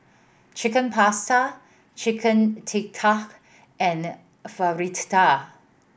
Chicken Pasta Chicken Tikka and Fritada